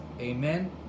Amen